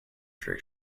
trick